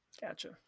Gotcha